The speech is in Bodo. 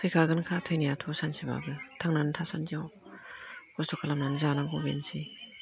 थैखागोनखा थैनायाथ' सानसेबाबो थांनानै थासान्दियाव खस्थ' खालामनानै जानांगौ बेनोसै